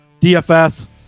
DFS